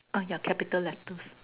ah ya capital letters